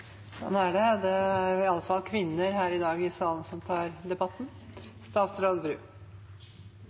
er det. Det er i alle fall kvinner her i dag i salen som tar ordet i debatten.